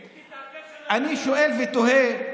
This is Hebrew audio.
אם תתעקש, אני שואל ותוהה: